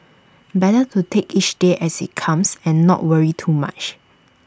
better to take each day as IT comes and not worry too much